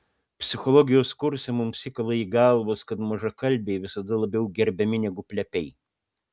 psichologijos kurse mums įkala į galvas kad mažakalbiai visada labiau gerbiami negu plepiai